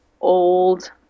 old